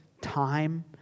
time